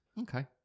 Okay